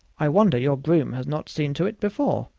i wonder your groom has not seen to it before.